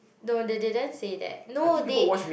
no they didn't say that no they